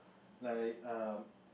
like err